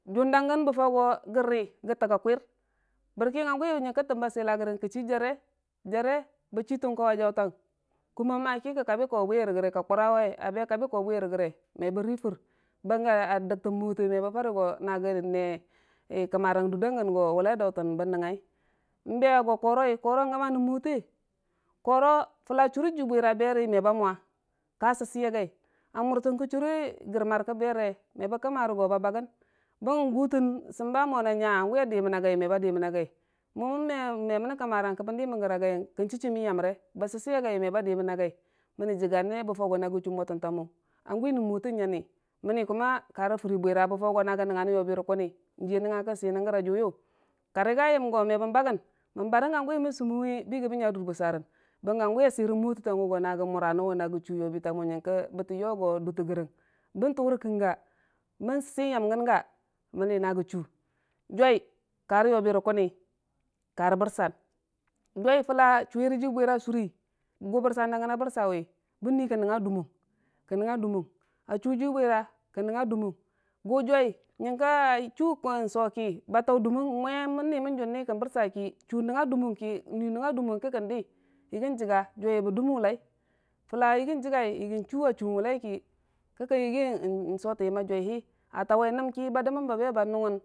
Junda gyən bə Fau go gə rii ge təgnga kwir, bərki hanguwi yəngi təmba sela rəgəng ka chii jarə, jare bə chiin tin kowe a jauti ang, kun a maki ka kabi kawe bwirəge, ka kurawe abe kabi kauwe bwirəge mebə riifor, bəngge a dəgtən mwote mebə fare go na gəne kəmmorang dʊrda gyən go wulai a dautən bən nəngngai, N'be agwq koroi, koro gəma nən mwote koro fula churi ju bwira bere meba mwa, ka sɨsi agai, a murtən gə chʊre gərmar kə bere, mebə kəmmarə go ba baggən, bən gutən səmba na nya hangu a diiməna gai, me ba diiməna gai mu, me mənnən kəmm arang kəbən diiməna gai, kən chichi mən yaure, bə sisi a gai meba duməna gai, mənm jiggane bə fau go na gə chu mwatəntamu, hanguwe nən mwote nyanni mənm kuma karə Furi bwira bə fau go nagə nəngngonən yobi rə kunni, juya nəngnga kə səmən rəge a juwiyu ka riga yəm go mebən bagən, mən bare hangu mən summənweki, bən yəggi bən nya dur busorən, bəngə hanguwi a sɨrə mwote tago go na gə muranənwe, na gə chuu duterəgəng, bən tuu rə kəngga, bə si n'yangəng mənm nagə chuu, jwai karə yobi rə kunni, ka rə bɨrsan, jai fuka chuwere jii bwira surri, gu bɨrban da gən a bɨrsawi, bən nui kə nəngnga dumong, kə nəngnga dumong, a chuuji bwira kə nəngnga dumong, gu jwai yəmka chuu n'so ki ba tau dumong, mwe mən nii mən junni kən bɨrsaki, chu nəngnga dumong ki, nui nəngnga dumong ki kən dii, yəggən jiga, jwaih bə dum wulai, fulla yəggi jigai yəggi yəggi n'sotən yəmma jwaihi a tauwe nam ki ba dəmən ba be ba nunggən.